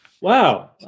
Wow